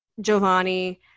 Giovanni